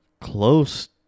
close